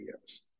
years